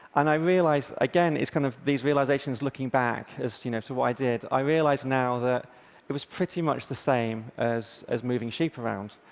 and i realize again, it's kind of these realizations looking back as to you know to what i did i realize now that it was pretty much the same as as moving sheep around.